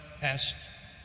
past